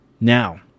Now